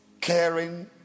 caring